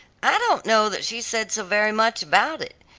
i don't know that she said so very much about it.